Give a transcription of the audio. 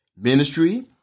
ministry